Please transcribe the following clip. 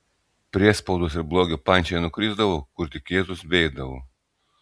priespaudos ir blogio pančiai nukrisdavo kur tik jėzus beeidavo